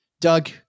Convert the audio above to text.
Doug